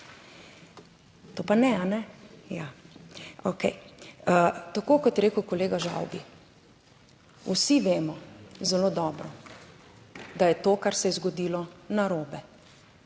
To pa ne, a ne. Ja, okej. Tako kot je rekel kolega Žavbi, vsi vemo zelo dobro, da je to, kar se je zgodilo narobe,